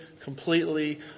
completely